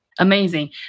Amazing